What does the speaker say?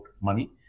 money